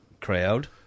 crowd